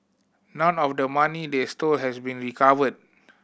none of the money they stole has been recovered